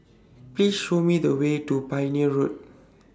Please Show Me The Way to Pioneer Road